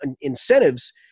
incentives